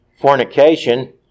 fornication